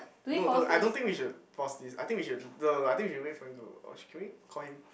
no no I don't think we should pause this I think we should no no I think we should wait for him to or should can we call him